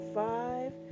five